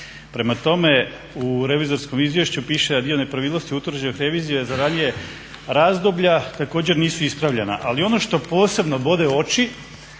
Prema tome, u revizorskom izvješću piše da dio nepravilnosti utvrđuje revizija za ranija razdoblja također nisu ispravljena. Ali ono što posebno bode oči,